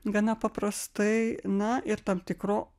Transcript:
gana paprastai na ir tam tikro